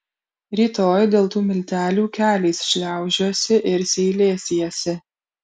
rytoj dėl tų miltelių keliais šliaužiosi ir seilėsiesi